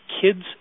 kids